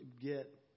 get